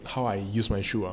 how I use my shoe ah